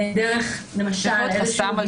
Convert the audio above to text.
כל פעם שהם